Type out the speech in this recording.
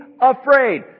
afraid